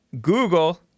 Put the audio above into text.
Google